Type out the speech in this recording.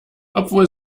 obwohl